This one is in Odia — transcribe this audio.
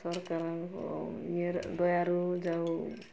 ସରକାର ଦୟାରୁ ଯାଉ